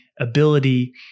ability